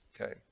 Okay